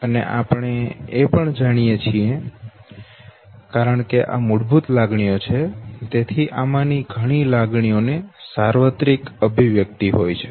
અને આપણે એ પણ જાણીએ છીએ કારણ કે આ મૂળભૂત લાગણીઓ છે તેથી આમાંની ઘણી લાગણીઓ ને સાર્વત્રિક અભિવ્યક્તિ હોય છે